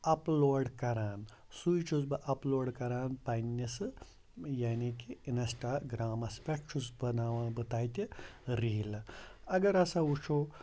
upload کَران سُے چھُس بہٕ اَپلوڈ کَران پنٛنِسہٕ یعنی کہِ اِنَسٹاگرٛامَس پٮ۪ٹھ چھُس بناوان بہٕ تَتہِ ریٖلہٕ اَگر ہسا وٕچھو